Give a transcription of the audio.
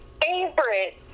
favorite